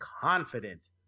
confident